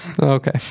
Okay